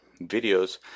videos